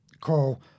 call